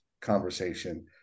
conversation